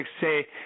say